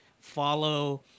follow